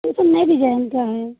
ये सब नए डिजाइन का है